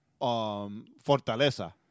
Fortaleza